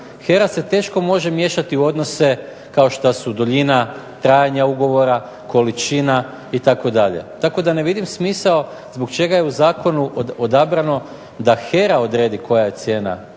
HERA se teško može miješati u odnose kao što su duljina trajanja ugovora, količina itd. Tako da ne vidim smisao zbog čega je u zakonu odabrano da HERA odredi koja je cijena